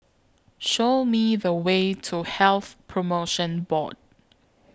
Show Me The Way to Health promotion Board